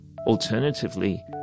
Alternatively